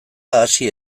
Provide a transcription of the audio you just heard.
hasi